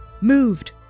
moved